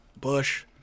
Bush